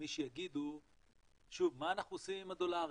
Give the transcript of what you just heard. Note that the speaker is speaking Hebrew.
מי שיגידו, שוב, מה אנחנו עושים עם הדולרים?